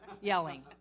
yelling